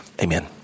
Amen